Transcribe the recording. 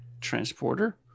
Transporter